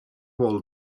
vol